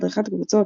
הדרכת קבוצות,